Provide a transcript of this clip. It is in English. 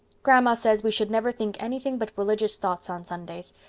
grandma says we should never think anything but religious thoughts on sundays.